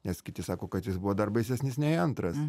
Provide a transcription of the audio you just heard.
nes kiti sako kad jis buvo dar baisesnis nei antras